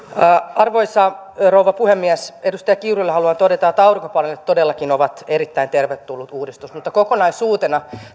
arvoisa rouva puhemies edustaja kiurulle haluan todeta että aurinkopaneelit todellakin ovat erittäin tervetullut uudistus mutta kokonaisuutena